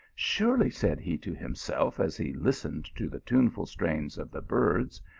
surely, said he to himself as he listened to the tuneful strains of the birds,